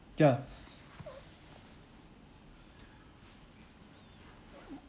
yeah